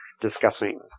discussing